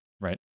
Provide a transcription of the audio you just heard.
Right